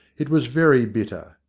it was very bitter.